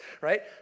right